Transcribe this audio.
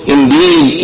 Indeed